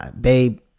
babe